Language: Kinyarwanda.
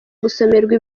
gusomerwa